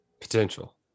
Potential